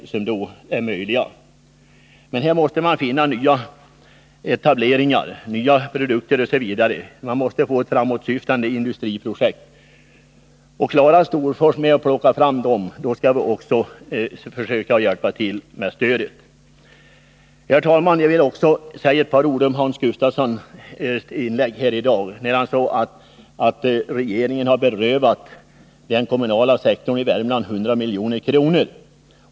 Framför allt gäller det att finna nya industrietableringar, nya produkter osv. Framåtsyftande industriprojekt är nödvändiga. Kan Storfors klara av att plocka fram sådana, då bör också samhället ställa upp med stöd i olika former. Tidigare i dag sade Hans Gustafsson att regeringen hade berövat den kommunala sektorn i Värmland 100 milj.kr.